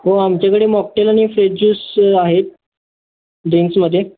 हो आमच्याकडे मॉक्टेल आणि फ्रेज ज्यूस आहेत ड्रिंक्समध्ये